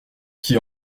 qui